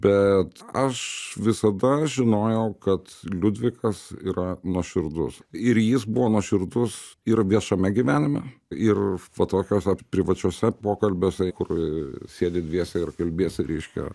bet aš visada žinojau kad liudvikas yra nuoširdus ir jis buvo nuoširdus ir viešame gyvenime ir va tokios vat privačiuose pokalbiuose kur sėdi dviese ir kalbiesi reiškia